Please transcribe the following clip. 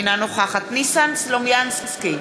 אינה נוכחת ניסן סלומינסקי,